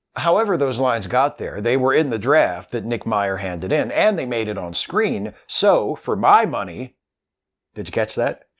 however those lines got there, they were in the draft that like meyer handed in, and they made it on screen, so for my money did you catch that?